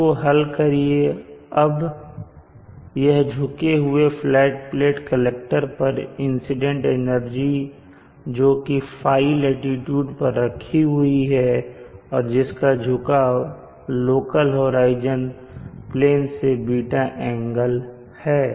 इसको हल करिए और अब यह झुके हुए फ्लैट प्लेट पर इंसीडेंट एनर्जी होगी जो ϕ लाटीट्यूड पर रखी हुई है और जिसका झुकाव लोकल होराइजन प्लेन से ß एंगल है